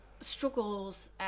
struggles